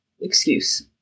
excuse